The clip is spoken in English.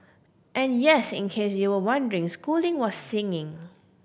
and yes in case you were wondering schooling was singing